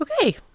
Okay